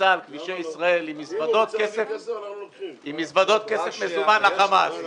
וייסע על כבישי ישראל עם מזוודות כסף מזומן לחמאס.